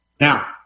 Now